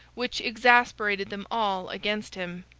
which exasperated them all against him.